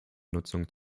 nutzungen